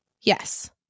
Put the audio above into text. Yes